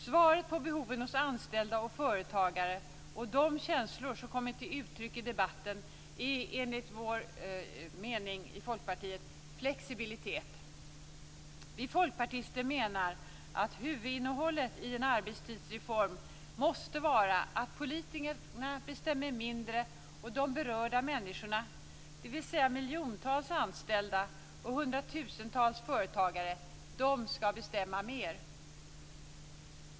Svaret på behoven hos anställda och företagare och de känslor som kommit till uttryck i debatten är enligt Folkpartiets mening flexibilitet. Vi folkpartister menar att huvudinnehållet i en arbetstidsreform måste vara att politikerna skall bestämma mindre och att de berörda människorna - dvs. de miljontals anställda och hundratusentals företagare - skall bestämma mer.